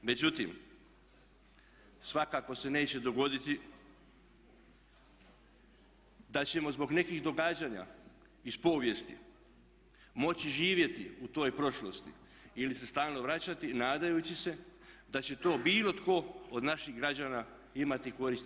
Međutim, svakako se neće dogoditi da ćemo zbog nekih događanja iz povijesti moći živjeti u toj prošlosti ili se stalno vraćati nadajući se da će to bilo tko od naših građana imati koristi.